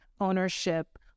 ownership